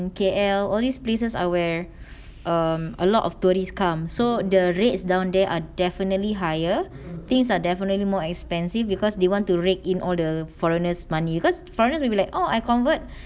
in K_L all these places are where um a lot of tourists come so the rates down there are definitely higher things are definitely more expensive because they want to rake in all the foreigners' money because foreigners will be like oh I convert